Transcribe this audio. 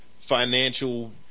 financial